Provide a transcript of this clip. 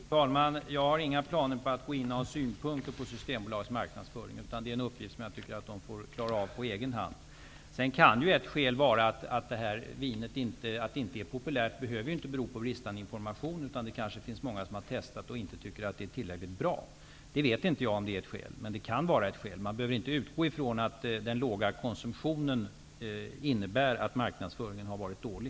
Fru talman! Jag har inga planer på att gå in med synpunkter på Systembolagets marknadsföring. Det är en uppgift jag tycker att Systembolaget får klara av på egen hand. Att vinet inte är populärt behöver inte bero på bristande information. Det kanske finns många som har testat det och inte tycker att det är tillräckligt bra. Jag vet inte om det är ett skäl. Det kan vara ett skäl. Man behöver inte utgå från att den låga konsumtionen innebär att marknadsföringen har varit dålig.